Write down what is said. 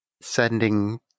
sending